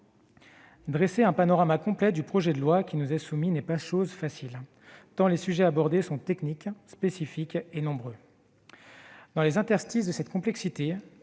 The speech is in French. Dresser un panorama complet du projet de loi qui nous est soumis n'est pas chose facile, tant les sujets abordés sont techniques, spécifiques et nombreux. Dans les interstices de cette complexité,